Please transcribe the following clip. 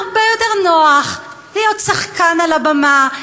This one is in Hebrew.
הרבה יותר נוח להיות שחקן על הבמה,